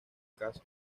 casa